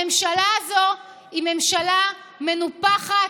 הממשלה הזו היא ממשלה מנופחת,